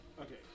Okay